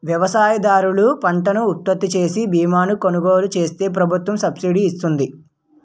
వ్యవసాయదారులు పంటను ఉత్పత్తిచేసే బీమాను కొలుగోలు చేస్తే ప్రభుత్వం సబ్సిడీ ఇస్తుంది